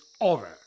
over